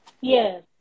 Yes